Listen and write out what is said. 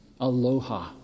Aloha